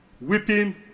Weeping